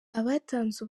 abatanze